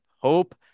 Hope